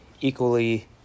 equally